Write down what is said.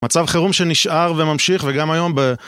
מצב חירום שנשאר וממשיך, וגם היום ב...